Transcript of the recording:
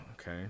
Okay